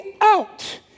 out